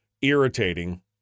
irritating